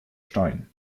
stein